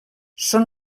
són